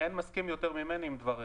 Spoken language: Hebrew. אין מסכים יותר ממני עם דבריך.